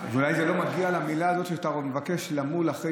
ואולי זה לא מגיע למילה הזאת שאתה מבקש למול אחרי